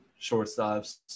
shortstops